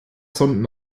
sonden